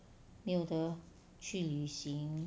没有的去旅行